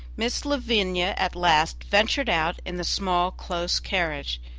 miss lavinia at last ventured out in the small close carriage.